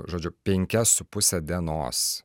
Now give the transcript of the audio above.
žodžiu penkias su puse dienos